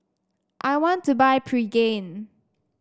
I want to buy Pregain